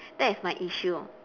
that is my issue